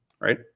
Right